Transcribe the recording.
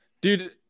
Dude